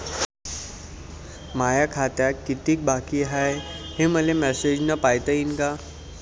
माया खात्यात कितीक बाकी हाय, हे मले मेसेजन पायता येईन का?